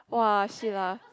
!wah! shit lah